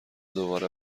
دوباره